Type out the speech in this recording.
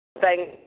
thank